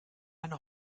eine